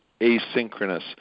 asynchronous